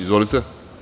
Izvolite.